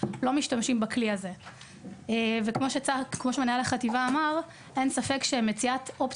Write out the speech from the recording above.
ה-29 במאי 2023. אני מתכבד לפתוח את ישיבת הוועדה